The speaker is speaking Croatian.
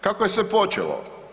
Kako je sve počelo?